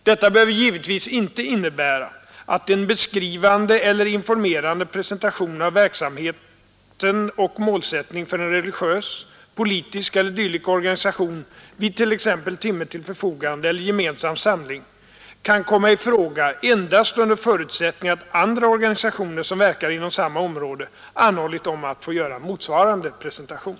Detta behöver givetvis inte innebära att en beskrivande eller informerande presentation av verksamheten och målsättning för en religiös, politisk eller dylik organisation vid t.ex. timme till förfogande eller gemensam samling kan komma i fråga endast under förutsättning att andra organisationer som verkar inom samma område anhållit om att få göra motsvarande presentation.